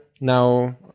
now